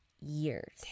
years